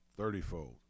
thirtyfold